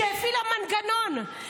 שהפעילה מנגנון,